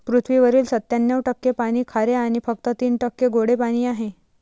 पृथ्वीवरील सत्त्याण्णव टक्के पाणी खारे आणि फक्त तीन टक्के गोडे पाणी आहे